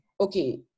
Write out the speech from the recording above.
okay